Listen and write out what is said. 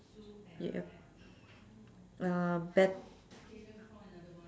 yup uh bet~